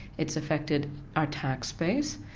it's affected our tax base,